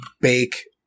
bake